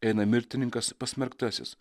eina mirtininkas pasmerktasis